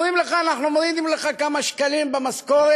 אומרים לך: אנחנו מורידים לך כמה שקלים במשכורת,